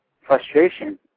frustration